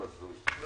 אנחנו